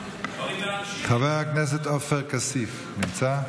חבר הכנסת עופר כסיף נמצא?